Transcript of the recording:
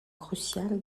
crucial